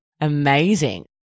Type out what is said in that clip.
Amazing